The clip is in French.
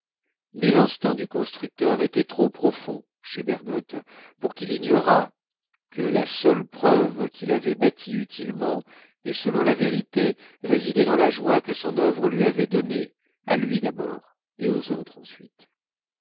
mais l'instinct du constructeur était trop profond chez bergotte pour qu'il ignorât que la seule preuve qu'il avait bâti utilement et selon la vérité résidait dans la joie que son œuvre lui avait donnée à lui d'abord et aux autres ensuite